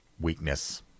weakness